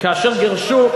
כאשר גירשו,